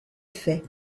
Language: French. fait